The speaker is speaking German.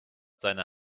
seine